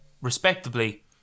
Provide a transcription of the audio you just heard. Respectably